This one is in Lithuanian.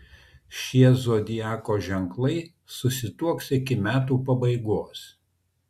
šie zodiako ženklai susituoks iki metų pabaigos